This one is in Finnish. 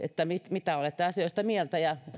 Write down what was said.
mitä olette asioista mieltä ja